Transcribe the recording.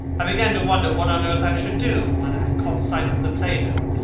i began to wonder what on earth i should do when i caught sight of the play-bill.